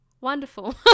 Wonderful